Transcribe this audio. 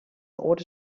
order